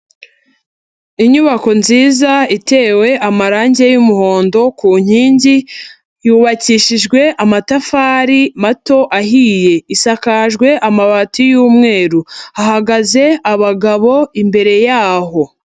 Inyubako nziza itewe amarangi y'umuhondo ku nkingi, yubakishijwe amatafari mato ahiye. Isakajwe amabati y'umweru. Hahagaze abagabo imbere yaho.